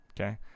okay